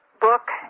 book